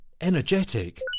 Energetic